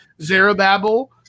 Zerubbabel